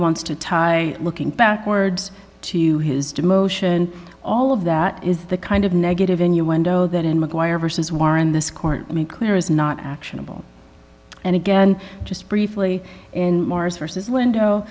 wants to tie looking backwards to you his demotion all of that is the kind of negative in your window that in maguire versus warren this court made clear is not actionable and again just briefly and mars vs window